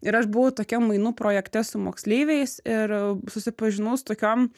ir aš buvau tokiam mainų projekte su moksleiviais ir susipažinau su tokiom